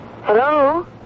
Hello